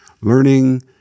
Learning